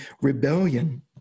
rebellion